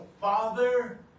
Father